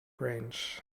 range